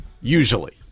Usually